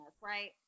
right